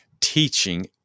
teaching